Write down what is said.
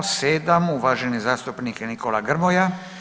7., uvaženi zastupnik Nikola Grmoja.